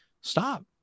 Stop